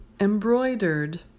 Embroidered